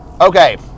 Okay